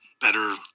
better